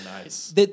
nice